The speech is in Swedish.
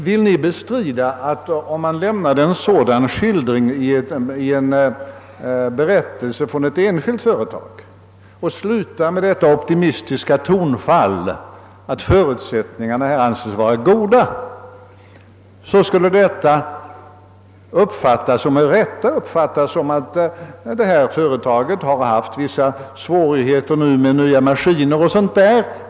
Vill Ni bestrida att om man lämnar en sådan beskrivning i en berättelse från ett enskilt företag och sedan slutar med detta optimistiska konstaterande, så kan detta med rätta uppfattas som att företaget haft vissa svå righeter med nya maskiner etc.